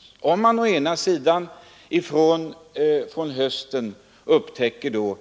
Man upptäckte å ena sidan att priserna från hösten till i maj